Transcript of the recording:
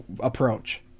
approach